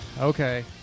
Okay